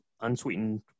unsweetened